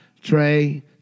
Trey